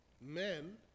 men